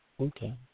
Okay